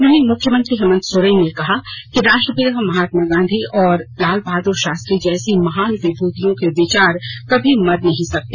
वहीं मुख्यमंत्री हेमंत सोरेन ने कहा कि राष्ट्रपिता महात्मा गांधी और लाल बहादुर शास्त्री जैसी महान विभूतियों के विचार कभी मर नहीं सकते